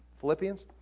Philippians